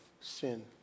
sin